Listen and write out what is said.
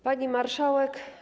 Pani Marszałek!